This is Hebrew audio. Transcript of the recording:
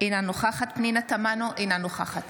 אינה נוכחת פנינה תמנו, אינה נוכחת